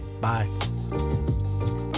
Bye